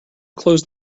close